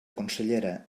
consellera